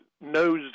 knows